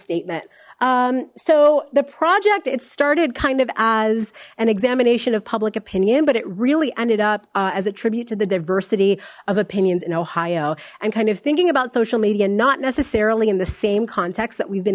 statement so the project it started kind of as an examination of public opinion but it really ended up as a tribute to the diversity of opinions in ohio and kind of thinking about social media not necessarily in the same context that we've been